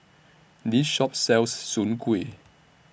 This Shop sells Soon Kuih